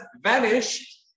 vanished